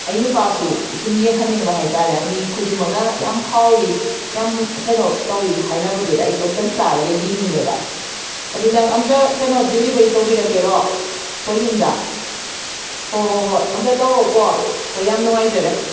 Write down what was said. ꯑꯩ ꯅꯨꯄꯥꯁꯨ ꯁꯨꯝ ꯌꯦꯡꯍꯟꯅꯤꯡꯕ ꯍꯥꯏꯇꯥꯔꯦ ꯃꯤ ꯈꯨꯗꯤꯡꯃꯛꯅ ꯌꯥꯝ ꯍꯥꯎꯋꯤ ꯌꯥꯝ ꯀꯩꯅꯣ ꯇꯧꯋꯤ ꯍꯥꯏꯅꯕꯗꯨꯗ ꯑꯩꯁꯨ ꯑꯝꯇꯪ ꯆꯥꯔꯒ ꯌꯦꯡꯅꯤꯡꯉꯦꯕ ꯑꯗꯨ ꯅꯪ ꯑꯝꯇ ꯀꯩꯅꯣ ꯗꯦꯂꯤꯚꯔꯤ ꯇꯧꯕꯤꯔꯛꯀꯦꯔꯣ ꯑꯩꯈꯣꯏ ꯌꯨꯝꯗ ꯍꯣꯏ ꯍꯣꯏ ꯍꯣꯏ ꯑꯝꯇ ꯇꯧꯔꯛꯎꯀꯣ ꯍꯣꯏ ꯌꯥꯝ ꯅꯨꯡꯉꯥꯏꯖꯔꯦ